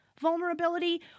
vulnerability